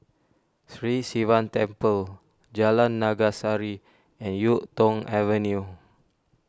Sri Sivan Temple Jalan Naga Sari and Yuk Tong Avenue